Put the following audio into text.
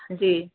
जी